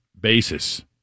basis